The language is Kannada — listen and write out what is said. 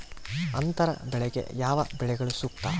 ಅಂತರ ಬೆಳೆಗೆ ಯಾವ ಬೆಳೆಗಳು ಸೂಕ್ತ?